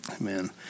Amen